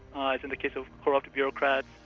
um as in the case of corrupt bureaucrats,